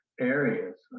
areas